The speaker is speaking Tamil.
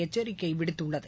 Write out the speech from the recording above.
எச்சரிக்கை விடுத்துள்ளது